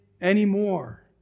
anymore